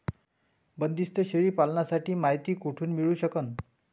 बंदीस्त शेळी पालनाची मायती कुठून मिळू सकन?